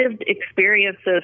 experiences